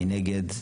מי נגד?